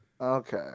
Okay